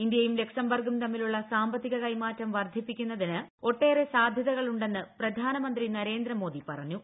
ഇന്ത്യയും ഘക്സംബർഗും തമ്മിലുള്ള സാമ്പത്തിക കൈമാറ്റം വർദ്ധിപ്പിക്കുന്നതീൽ ഒട്ടേറെ സാധ്യതകളുണ്ടെന്ന് പ്രധാനമന്ത്രി നരേന്ദ്ര മോദി പറഞ്ഞു